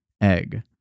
egg